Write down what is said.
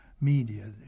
media